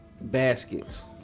baskets